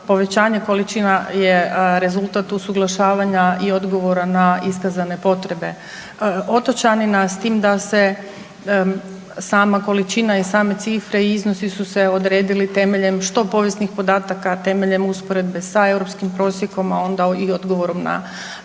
povećanje količina je rezultat usuglašavanja i odgovora na iskazane potrebe otočanina, s tim da se sama količina i same cifre su se odredili temeljem što povijesnih podataka temeljem usporedbe sa europskim prosjekom, a onda i odgovorom na sve